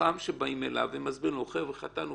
שבאים אליו ומסבירים לו: חטאנו,